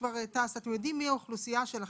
אתם יודעים מי האוכלוסייה שלכם,